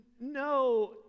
no